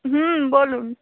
হুম বলুন